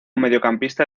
mediocampista